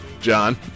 John